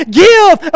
give